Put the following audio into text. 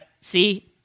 See